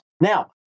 Now